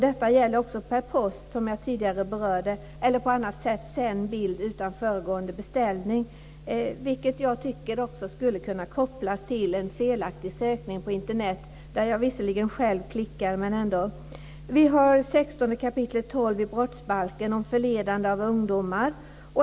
Detta gäller också, som jag tidigare berörde, för per post eller på annat sätt sänd bild utan föregående beställning. Jag tycker att motsvarande också skulle kunna ske vid en felaktig sökning på Internet, även om det är den drabbade själv som klickar fel. Vi har vidare 16 kap. 12 § i brottsbalken om förledande av ungdomar.